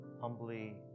humbly